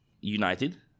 united